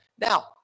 Now